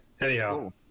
anyhow